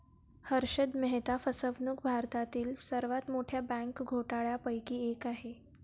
हर्षद मेहता फसवणूक भारतातील सर्वात मोठ्या बँक घोटाळ्यांपैकी एक आहे